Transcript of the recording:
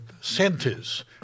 centers